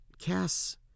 Cass